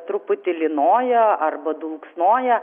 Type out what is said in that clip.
truputį lynoja arba dulksnoja